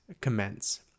commence